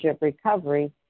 recovery